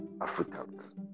Africans